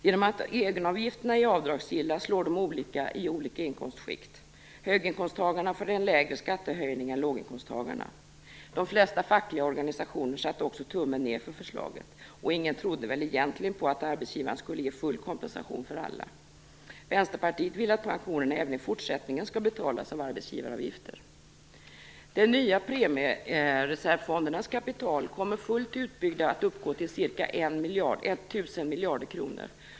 Genom att egenavgifterna är avdragsgilla slår de olika i olika inkomstskikt. Höginkomsttagaren får en lägre skattehöjning än låginkomsttagaren. De flesta fackliga organisationer satte också tummen ned för förslaget, och ingen trodde väl egentligen på att arbetsgivarna skulle ge full kompensation för alla. Vänsterpartiet vill att pensionerna även i fortsättningen skall betalas av arbetsgivaravgifter. De nya premiereservfondernas kapital kommer fullt utbyggda uppgå till ca 1 000 miljarder kronor.